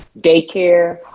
daycare